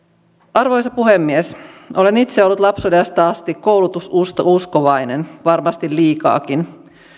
arvoisa puhemies olen itse ollut lapsuudesta asti koulutususkovainen varmasti liikaakin